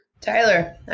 Tyler